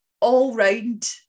all-round